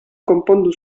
konpondu